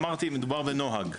אמרתי שמדובר בנוהג.